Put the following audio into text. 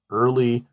early